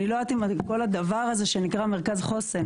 אני לא יודעת אם כל הדבר הזה שנקרא מרכז חוסן,